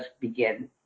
begin